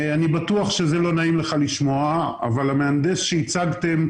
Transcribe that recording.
אני בטוח שזה לא נעים לך לשמוע אבל המהנדס שהצגתם,